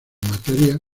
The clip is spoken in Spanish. materia